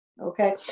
Okay